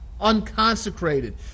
unconsecrated